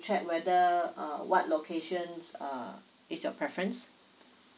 check whether uh what location uh is your preference